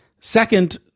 second